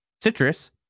citrus